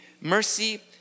mercy